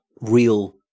real